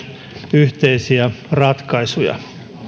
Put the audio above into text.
yhteisiä ratkaisuja